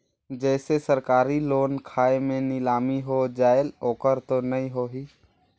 जैसे सरकारी लोन खाय मे नीलामी हो जायेल ओकर तो नइ होही?